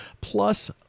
plus